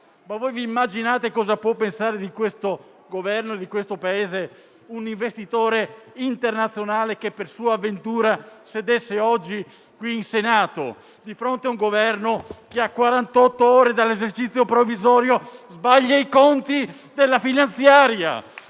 Ma vi immaginate cosa può pensare di questo Governo e di questo Paese un investitore internazionale che, per sua sventura, sedesse oggi qui, in Senato, di fronte a un Esecutivo che, a quarantott'ore dall'esercizio provvisorio, sbaglia i conti della manovra